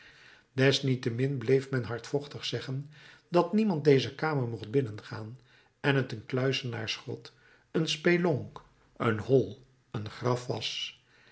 desniettemin bleef men hardvochtig zeggen dat niemand deze kamer mocht binnengaan en t een kluizenaarsgrot een spelonk een hol een graf was